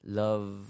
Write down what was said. love